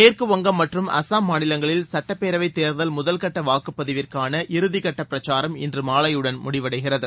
மேற்கு வங்கம் மற்றும் அசாம் மாநிலங்களில் சட்டப்பேரவை தேர்தல் முதல்கட்ட வாக்குப் பதிவிற்கான இறுதிகட்ட பிரச்சாரம் இன்று மாலையுடன் முடிவடைகிறது